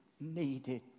needed